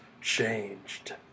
changed